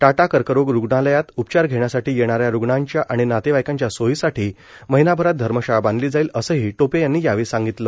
टाटा कर्करोग रुग्णालयात उपचार घेण्यासाठी येणाऱ्या रुग्णांच्या आणि नातेवाईकांच्या सोयीसाठी महिनाभरात धर्मशाळा बांधली जाईल असंही टोपे यांनी यावेळी सांगितलं